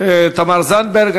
תמר זנדברג.